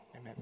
amen